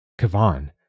Kavan